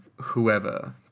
whoever